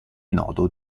nodo